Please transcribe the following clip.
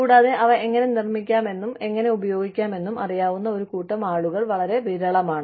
കൂടാതെ അവ എങ്ങനെ നിർമ്മിക്കാമെന്നും എങ്ങനെ ഉപയോഗിക്കാമെന്നും അറിയാവുന്ന ഒരു കൂട്ടം ആളുകൾ വളരെ വിരളമാണ്